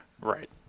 Right